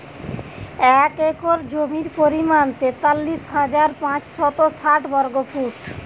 এক একর জমির পরিমাণ তেতাল্লিশ হাজার পাঁচশত ষাট বর্গফুট